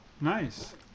Nice